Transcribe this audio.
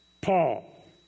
Paul